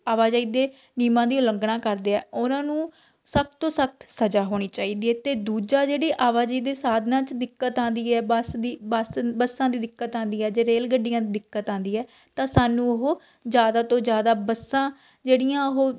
ਆਵਾਜਾਈ ਦੇ ਨਿਯਮਾਂ ਦੀ ਉਲੰਘਣਾ ਕਰਦੇ ਹੈ ਉਹਨਾਂ ਨੂੰ ਸਖ਼਼ਤ ਤੋਂ ਸਖ਼ਤ ਸਜ਼ਾ ਹੋਣੀ ਚਾਹੀਦੀ ਹੈ ਅਤੇ ਦੂਜਾ ਜਿਹੜੀ ਆਵਾਜਾਈ ਦੇ ਸਾਧਨਾਂ 'ਚ ਦਿੱਕਤ ਆਉਂਦੀ ਹੈ ਬੱਸ ਦੀ ਬੱਸ ਬੱਸਾਂ ਦੀ ਦਿੱਕਤ ਆਉਂਦੀ ਹੈ ਜੇ ਰੇਲ ਗੱਡੀਆਂ ਦਿੱਕਤ ਆਉਂਦੀ ਹੈ ਤਾਂ ਸਾਨੂੰ ਉਹ ਜ਼ਿਆਦਾ ਤੋਂ ਜ਼ਿਆਦਾ ਬੱਸਾਂ ਜਿਹੜੀਆਂ ਉਹ